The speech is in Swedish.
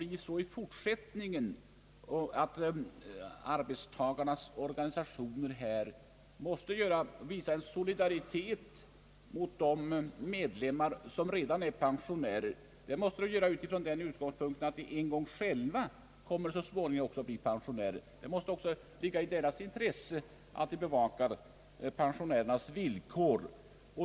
I fortsättningen måste arbetstagarnas organisationer visa solidaritet mot de medlemmar som redan är pensionärer. Det måste de göra utifrån den utgångspunkten att de själva en gång kommer att bli pensionärer och att det måste ligga i deras intresse att bevaka pensionärernas villkor.